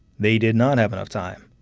they did not have enough time,